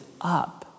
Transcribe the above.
up